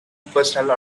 personal